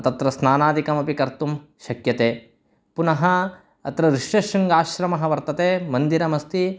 तत्र स्नानादिकमपि कर्तुं शक्यते पुनः अत्र ऋष्यशृङ्गाश्रमः वर्तते मन्दिरमस्ति